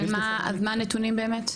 אז מה הנתונים באמת?